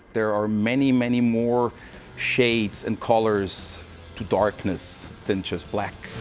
there are many, many more shades and colours to darkness than just black.